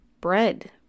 bread